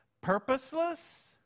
purposeless